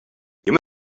you